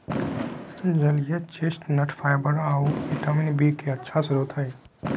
जलीय chestnut fibre आऊ vitamin B के अच्छा स्रोत हइ